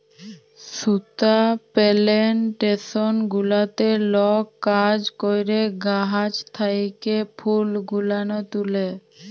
সুতা পেলেনটেসন গুলাতে লক কাজ ক্যরে গাহাচ থ্যাকে ফুল গুলান তুলে